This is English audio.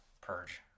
purge